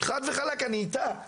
חד וחלק אני איתה,